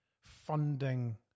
funding